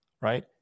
right